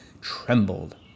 trembled